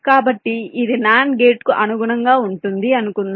కాబట్టి ఇది NAND గేట్కు అనుగుణంగా ఉంటుంది అనుకుందాం